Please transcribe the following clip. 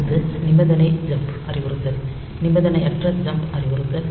அடுத்து நிபந்தனை ஜம்ப் அறிவுறுத்தல் நிபந்தனையற்ற ஜம்ப் அறிவுறுத்தல்